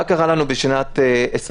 מה קרה לנו בשנת 2020?